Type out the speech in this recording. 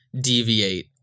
deviate